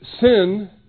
sin